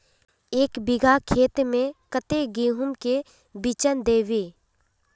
एक बिगहा खेत में कते गेहूम के बिचन दबे?